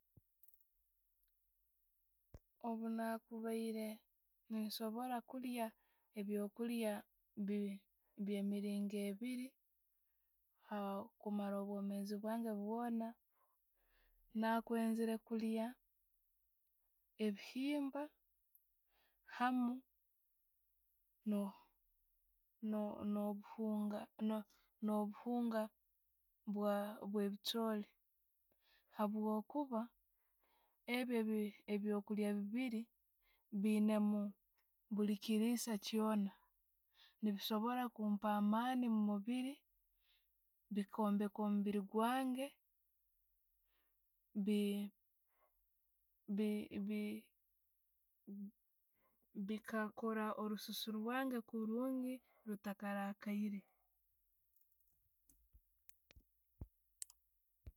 Obwanyakubaire nensobora kulya ebyo'kulya byo- bye miringo kumara obwomeezi bwange bwoona, nakwenzere kulya ebihimba hamu no- no- no'buhunga obwe'bichooli habwokuba ebyo ebyokulya bibiiri beyinaamu buli killisa kyoona. Nebisobora kumpa amaani mumubiiri bikombeka omubiri gwange, bi- bi- bika kora orususu rwange kurungi rutarakaraire.